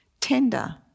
tender